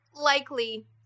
likely